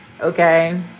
okay